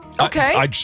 Okay